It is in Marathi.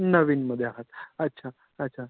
नवीनमध्ये आहात अच्छा अच्छा